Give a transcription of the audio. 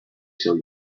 till